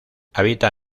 habita